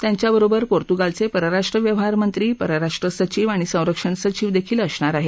त्यांच्याबरोबर पोतुगालचे परराष्ट्र व्यवहार मंत्री पस्राष्ट्र सचिव आणि संरक्षण सचिव देखील असणार आहेत